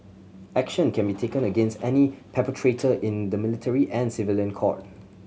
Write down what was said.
action can be taken against any perpetrator in the military and civilian court